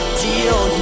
deal